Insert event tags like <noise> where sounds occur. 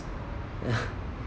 <laughs>